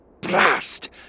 Blast